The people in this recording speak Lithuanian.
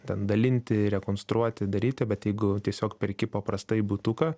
ten dalinti rekonstruoti daryti bet jeigu tiesiog perki paprastai butuką